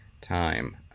time